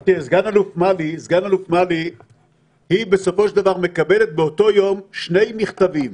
סגן אלוף מלי היא בסופו של דבר מקבלת באותו יום שני מכתבים.